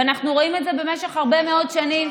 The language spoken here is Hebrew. ואנחנו רואים את זה במשך הרבה מאוד שנים.